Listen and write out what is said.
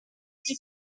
iki